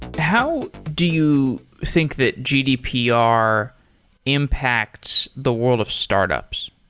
how do you think that gdpr impacts the world of startups?